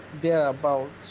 thereabouts